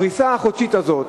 הפריסה החודשית הזאת,